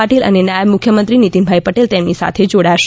પાટિલ અને નાયબ મુખ્યમંત્રી નિતિનભાઈ પટેલ તેમની સાથે જોડાશે